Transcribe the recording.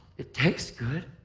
it tastes good.